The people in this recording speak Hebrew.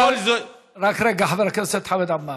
רק רגע, חבר הכנסת חמד עמאר.